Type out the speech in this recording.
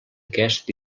aquest